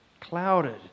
clouded